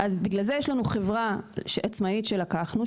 יש לנו חברה עצמאית שלקחנו,